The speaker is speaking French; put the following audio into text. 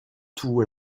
tout